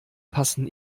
passen